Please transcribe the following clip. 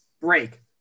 break